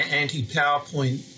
anti-PowerPoint